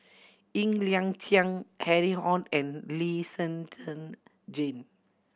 Ng Liang Chiang Harry Ord and Lee Shen Zhen Jane